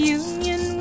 union